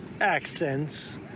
accents